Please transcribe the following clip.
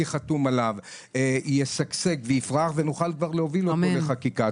חתום עליו ישגשג ונוכל להוביל את החקיקה.